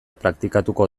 praktikatuko